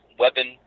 weapon